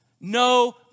No